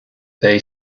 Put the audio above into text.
they